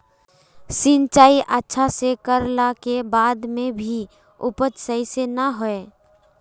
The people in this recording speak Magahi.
सिंचाई अच्छा से कर ला के बाद में भी उपज सही से ना होय?